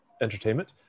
entertainment